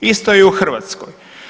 Isto je i u Hrvatskoj.